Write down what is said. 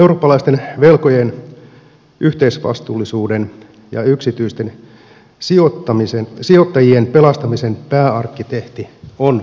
eurooppalaisten velkojen yhteisvastuullisuuden ja yksityisten sijoittajien pelastamisen pääarkkitehti on kokoomuspuolue